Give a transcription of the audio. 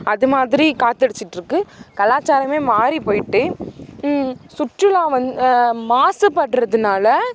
அதுமாதிரி காற்றடிச்சிட்ருக்கு கலாச்சாரம் மாறி போய்ட்டு சுற்றுலா வந்து மாசுபடுறதுனால